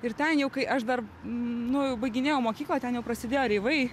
ir ten jau kai aš dar nu jau baiginėjau mokyklą ten jau prasidėjo reivai